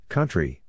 Country